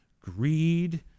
greed